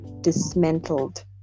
dismantled